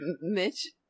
Mitch